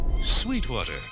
Sweetwater